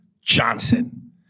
Johnson